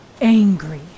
angry